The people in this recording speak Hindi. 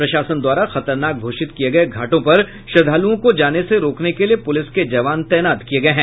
प्रशासन द्वारा खतरनाक घोषित किये गये घाटों पर श्रद्धालुओं को जाने से रोकने के लिए पुलिस के जवान तैनात किये गये हैं